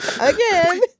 Again